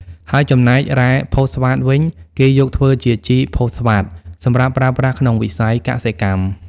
ហើយចំណែករ៉ែផូស្វាតវិញ គេយកធ្វើជាជីផូស្វាតសម្រាប់ប្រើប្រាស់ក្នុងវិស័យកសិកម្ម។